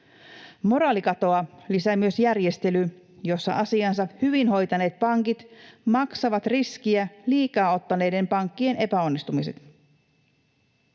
Moraalikatoa lisää myös järjestely, jossa asiansa hyvin hoitaneet pankit maksavat riskiä liikaa ottaneiden pankkien epäonnistumiset.